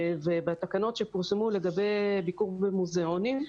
בתקנות שפורסמו לגבי ביקור במוזיאונים,